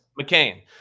McCain